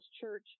Church